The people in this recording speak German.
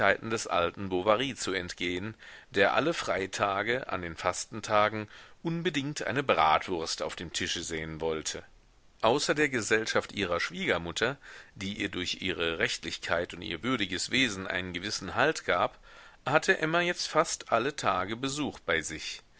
alten bovary zu entgehen der alle freitage an den fastentagen unbedingt eine bratwurst auf dem tische sehen wollte außer der gesellschaft ihrer schwiegermutter die ihr durch ihre rechtlichkeit und ihr würdiges wesen einen gewissen halt gab hatte emma jetzt fast alle tage besuch bei sich